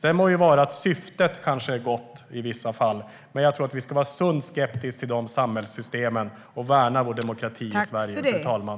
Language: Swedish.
Sedan må det vara så att syftet kanske är gott i vissa fall, men jag tror att vi ska vara sunt skeptiska till de samhällssystemen och värna vår demokrati i Sverige, fru talman.